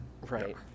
Right